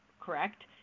correct